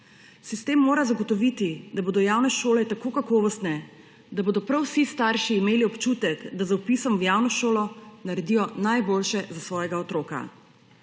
Sistem mora zagotoviti, da bodo javne šole tako kakovostne, da bodo prav vsi starši imeli občutek, da z vpisom v javno šolo naredijo najboljše za svojega otroka.